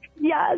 Yes